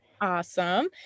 awesome